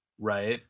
Right